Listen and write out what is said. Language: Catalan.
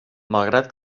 malgrat